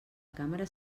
càmera